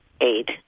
eight